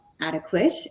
adequate